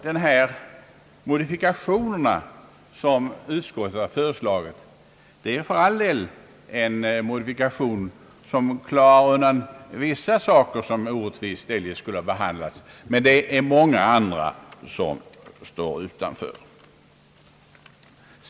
De modifikationer som utskottet föreslagit undanröjer för all del vissa orättvisor, men många andra står kvar.